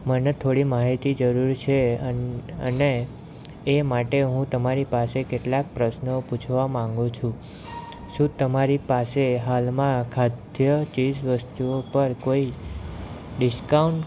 મને થોડી માહિતી જરૂર છે અન અને એ માટે હું તમારી પાસે કેટલાક પ્રશ્નો પૂછવા માંગુ છું શું તમારી પાસે હાલમાં ખાદ્ય ચીજ વસ્તુઓ પર કોઈ ડિસ્કાઉન્ટ